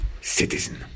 citizen